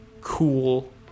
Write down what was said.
cool